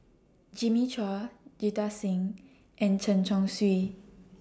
Jimmy Chua Jita Singh and Chen Chong Swee